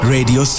Radio